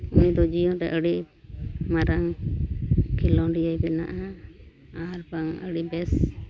ᱩᱱᱤ ᱫᱚ ᱡᱤᱭᱚᱱ ᱨᱮ ᱟᱹᱰᱤ ᱢᱟᱨᱟᱝ ᱠᱷᱮᱞᱳᱰᱤᱭᱟᱹᱭ ᱵᱮᱱᱟᱜᱼᱟ ᱟᱨᱵᱟᱝ ᱟᱹᱰᱤᱵᱮᱥ